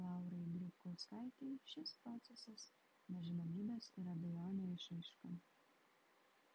laurai grybkauskaitei šis procesas nežinomybės ir abejonių išraiška